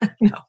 No